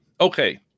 Okay